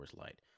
Light